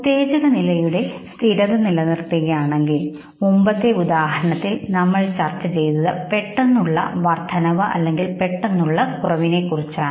ഉത്തേജക നിലയുടെ സ്ഥിരത നിലനിർത്തുകയാണെങ്കിൽ ശരി മുമ്പത്തെ ഉദാഹരണത്തിൽ നമ്മൾ ചർച്ച ചെയ്തത് പെട്ടെന്നുള്ള വർദ്ധനവ് അല്ലെങ്കിൽ പെട്ടെന്നുള്ള കുറവിനെ കുറിച്ചാണ്